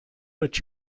but